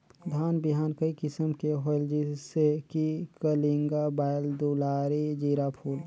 धान बिहान कई किसम के होयल जिसे कि कलिंगा, बाएल दुलारी, जीराफुल?